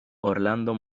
orlando